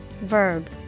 verb